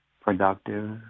productive